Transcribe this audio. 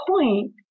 point